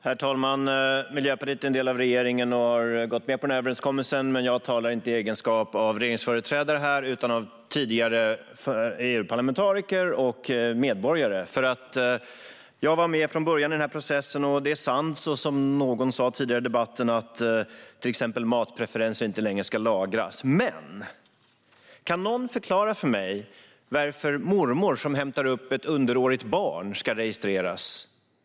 Herr talman! Miljöpartiet är en del av regeringen och har gått med på den här överenskommelsen, men jag talar inte här i egenskap av regeringsföreträdare utan i egenskap av tidigare EU-parlamentariker samt medborgare. Jag var med från början i den här processen. Och det är sant, som någon sa tidigare i debatten, att till exempel matpreferenser inte längre ska lagras. Men kan någon förklara för mig varför mormor som hämtar upp ett minderårigt barn ska registreras?